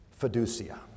fiducia